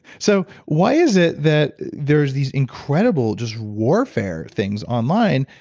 so, why is it that there's these incredible just warfare things online,